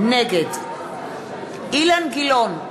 נגד אילן גילאון,